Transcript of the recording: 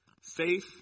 faith